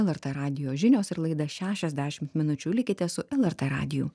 lrt radijo žinios ir laida šešiasdešim minučių likite su lrt radiju